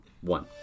one